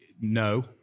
No